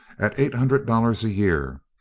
at eight hundred dollars a year,